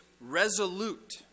resolute